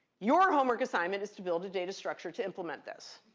your homework assignment is to build a data structure to implement this.